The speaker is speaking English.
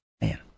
Man